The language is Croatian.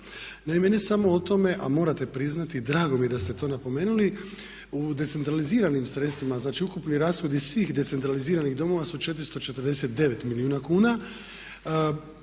Naime, ne samo o tome, a morate priznati, drago mi je da ste to napomenuli, u decentraliziranim sredstvima znači ukupni rashodi svih decentraliziranih domova su 449 milijuna kuna,